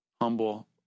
humble